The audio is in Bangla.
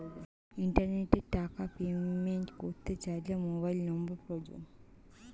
ইন্টারনেটে টাকা পেমেন্ট করতে চাইলে মোবাইল নম্বর প্রয়োজন